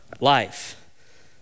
life